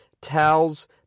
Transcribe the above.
towels